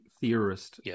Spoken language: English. theorist